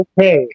Okay